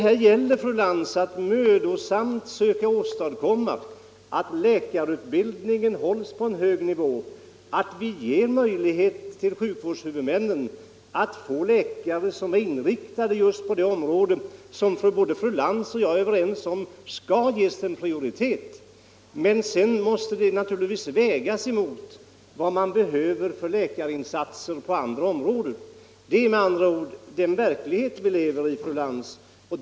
Här gäller, fru Lantz, att mödosamt söka åstadkomma att läkarutbildningen hålls på en hög nivå och att sjukvårdshuvudmännen kan få läkare som är inriktade just på det område som både fru Lantz och jag är överens om skall ges prioritet. Men det måste naturligtvis vägas mot vilka läkarinsatser man behöver på andra områden. Detta är med andra ord den verklighet vi lever i, fru Lantz.